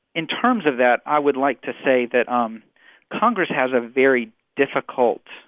in terms of that, i would like to say that um congress has a very difficult